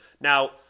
Now